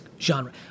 genre